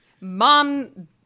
mom